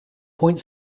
point